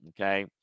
Okay